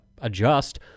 adjust